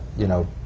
you know,